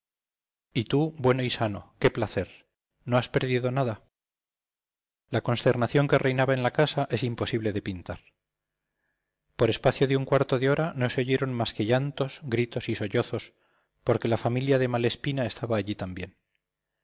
y tú bueno y sano qué placer no has perdido nada la consternación que reinaba en la casa es imposible de pintar por espacio de un cuarto de hora no se oyeron más que llantos gritos y sollozos porque la familia de malespina estaba allí también